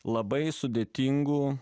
labai sudėtingų